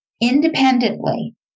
Independently